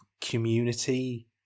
Community